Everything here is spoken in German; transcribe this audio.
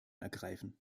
ergreifen